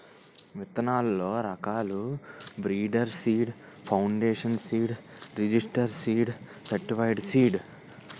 విత్తనాల్లో రకాలు breeder seed, foundation seed, registered seed, certified seed